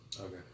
Okay